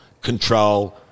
control